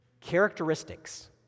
characteristics